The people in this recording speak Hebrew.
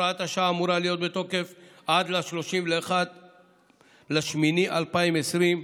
הוראת השעה אמורה להיות בתוקף עד ל-31 באוגוסט 2020,